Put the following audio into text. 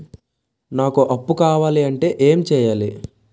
నాకు అప్పు కావాలి అంటే ఎం చేయాలి?